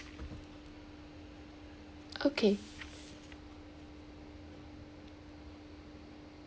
okay